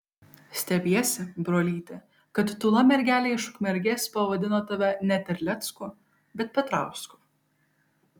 stebiesi brolyti kad tūla mergelė iš ukmergės pavadino tave ne terlecku bet petrausku